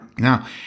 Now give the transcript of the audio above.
Now